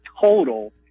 total